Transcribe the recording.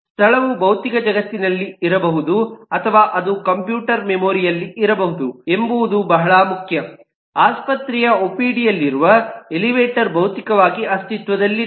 ಸ್ಥಳವು ಭೌತಿಕ ಜಗತ್ತಿನಲ್ಲಿರಬಹುದು ಅಥವಾ ಅದು ಕಂಪ್ಯೂಟರ್ ಮೆಮೊರಿ ಯಲ್ಲಿರಬಹುದು ಎಂಬುದು ಬಹಳ ಮುಖ್ಯ ಆಸ್ಪತ್ರೆಯ ಓಪಿಡಿ ಯಲ್ಲಿರುವ ಎಲಿವೇಟರ್ ಭೌತಿಕವಾಗಿ ಅಸ್ತಿತ್ವದಲ್ಲಿದೆ